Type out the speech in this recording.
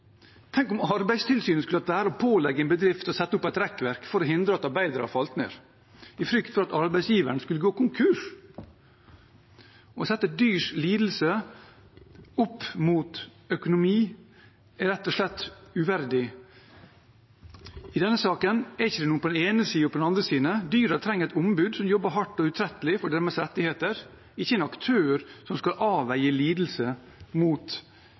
Tenk om Arbeidstilsynet skulle latt være å pålegge en bedrift å sette opp et rekkverk for å hindre at arbeidere falt ned, i frykt for at arbeidsgiveren skulle gå konkurs! Å sette dyrs lidelse opp mot økonomi er rett og slett uverdig. I denne saken er det ikke noe på den ene siden og på den andre siden. Dyrene trenger et ombud som jobber hardt og utrettelig for deres rettigheter, ikke en aktør som skal avveie lidelse mot